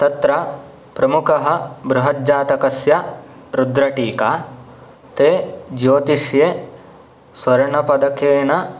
तत्र प्रमुखः बृहज्जातकस्य रुद्रटीका ते ज्योतिषे स्वर्णपदकेन